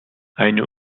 eine